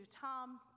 Tom